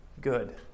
good